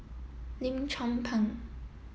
Lim Chong Pang